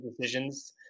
decisions